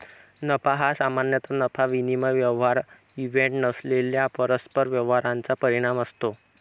नफा हा सामान्यतः नफा विनिमय व्यवहार इव्हेंट नसलेल्या परस्पर व्यवहारांचा परिणाम असतो